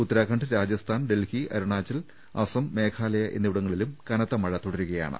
ഉത്തരാഖണ്ഡ് രാജസ്ഥാൻ ഡൽഹി അരുണാചൽ അസം മേഘാലയ എന്നിവിടങ്ങളിലും കനത്ത മഴ തുടരുകയാണ്